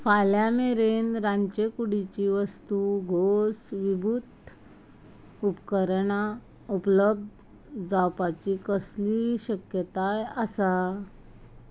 फाल्यां मेरेन रांदचे कुडीच्यो वस्तू घोंस विभूत उपकरणां उपलब्ध जावपाची कसलीय शक्यताय आसा